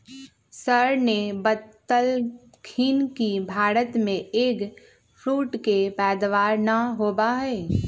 sir ने बतल खिन कि भारत में एग फ्रूट के पैदावार ना होबा हई